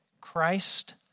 Christ